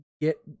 get